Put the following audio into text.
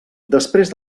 després